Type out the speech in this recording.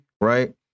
Right